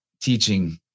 teaching